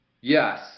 Yes